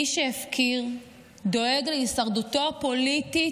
מי שהפקיר דואג להישרדותו הפוליטית,